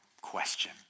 question